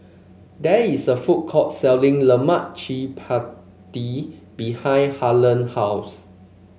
there is a food court selling Lemak Cili Padi behind Harlen house